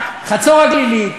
חצור-הגלילית,